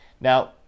now